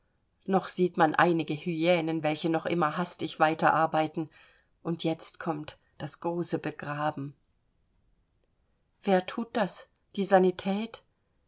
noch sieht man einige hyänen welche noch immer hastig weiter arbeiten und jetzt kommt das große begraben wer thut das die sanität